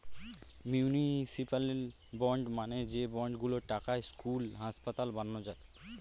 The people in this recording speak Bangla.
মিউনিসিপ্যাল বন্ড মানে যে বন্ড গুলোর টাকায় স্কুল, হাসপাতাল বানানো যায়